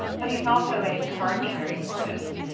but he's also a card carrying artist,